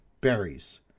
berries